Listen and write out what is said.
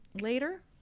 Later